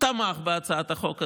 תמך בהצעת החוק הזאת,